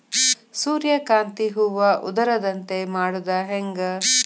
ಸೂರ್ಯಕಾಂತಿ ಹೂವ ಉದರದಂತೆ ಮಾಡುದ ಹೆಂಗ್?